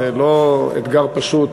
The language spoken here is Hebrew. זה לא אתגר פשוט.